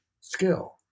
skill